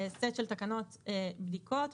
סט של תקנות בדיקות,